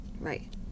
right